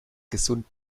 gesund